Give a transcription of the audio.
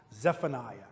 Zephaniah